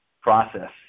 process